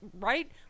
right